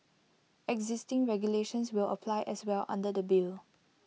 existing regulations will apply as well under the bill